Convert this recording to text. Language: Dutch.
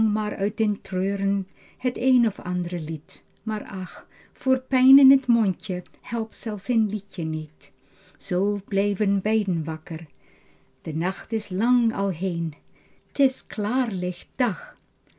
uit den treuren het een na t and're lied maar ach voor pijn in t mondje helpt zelfs een liedje niet zoo bleven beiden wakker de nacht is lang al heen t is klaarlicht dag